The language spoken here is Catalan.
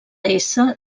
ésser